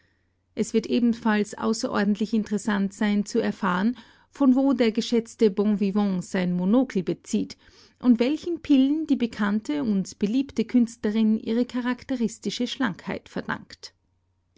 es wird ebenfalls außerordentlich interessant sein zu erfahren von wo der geschätzte bonvivant sein monokel bezieht und welchen pillen die bekannte und beliebte künstlerin ihre charakteristische schlankheit verdankt